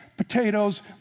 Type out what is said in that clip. potatoes